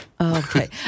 Okay